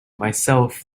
myself